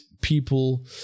people